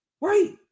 right